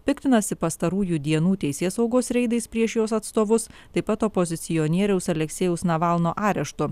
piktinasi pastarųjų dienų teisėsaugos reidais prieš jos atstovus taip pat opozicionieriaus aleksejaus navalno areštu